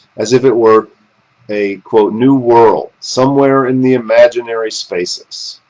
as if it were a new world somewhere in the imaginary spaces.